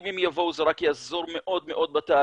אם הם יבואו זה רק יעזור מאוד מאוד בתהליך,